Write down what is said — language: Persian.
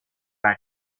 وری